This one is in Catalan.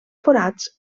forats